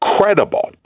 credible